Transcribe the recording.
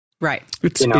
Right